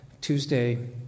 Tuesday